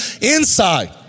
inside